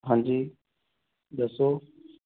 ਹਾਂਜੀ ਦੱਸੋ